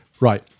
Right